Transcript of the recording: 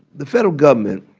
the federal government